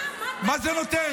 מה זה נותן?